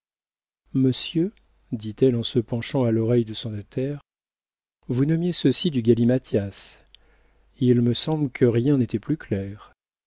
monsieur dit-elle en se penchant à l'oreille de son notaire vous nommiez ceci du galimatias il me semble que rien n'était plus clair